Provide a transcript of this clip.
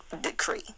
decree